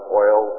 oil